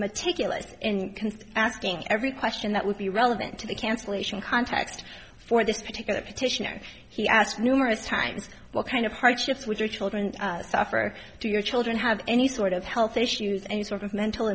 meticulous in asking every question that would be relevant to the cancelation context for this particular petition he asked numerous times what kind of hardships with your children suffer do your children have any sort of health issues any sort of mental